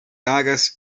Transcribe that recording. agas